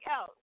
else